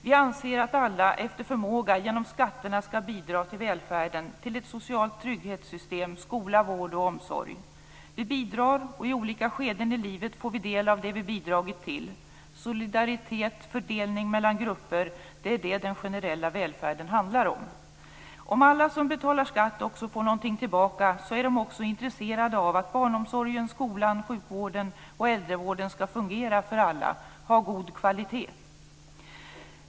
Vi anser att alla efter förmåga genom skatterna skall bidra till välfärden, till ett socialt trygghetssystem, skola, vård och omsorg. Vi bidrar också, och i olika skeenden i livet får vi del av det som vi bidragit till. Det är solidaritet och fördelning mellan grupper som den generella välfärden handlar om. Om alla som betalar skatt också får något tillbaka, är de också intresserade av att barnomsorgen, skolan, sjukvården och äldrevården skall fungera för alla och ha god kvalitet.